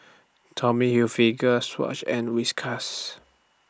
Tommy Hilfiger Swatch and Whiskas